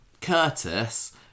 Curtis